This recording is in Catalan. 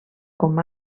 com